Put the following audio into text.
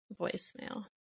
voicemail